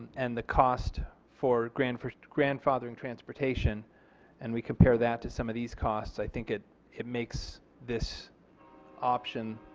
and the cost for grandfathering grandfathering transportation and we compare that to some of these costs i think it it makes this option